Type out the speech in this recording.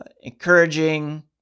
encouraging